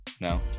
No